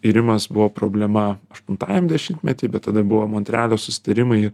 irimas buvo problema aštuntajam dešimtmetyj bet tada buvo montrealio susitarimai